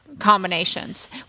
combinations